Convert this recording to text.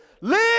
Live